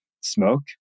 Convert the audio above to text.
smoke